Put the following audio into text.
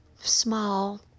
small